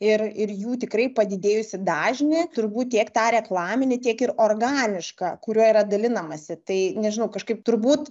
ir ir jų tikrai padidėjusį dažnį turbūt tiek tą reklaminį tiek ir organišką kuriuo yra dalinamasi tai nežinau kažkaip turbūt